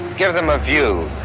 give them a view,